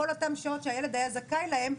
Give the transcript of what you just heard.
כל אותן שעות שהילד היה זכאי להן,